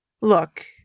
Look